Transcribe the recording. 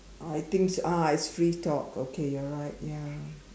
I think ah it's free talk okay you are right ya